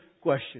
question